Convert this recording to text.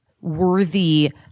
worthy